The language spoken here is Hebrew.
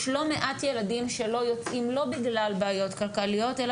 יש לא מעט ילדים שלא יוצאים לא בגלל בעיות כלכליות אלא